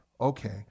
Okay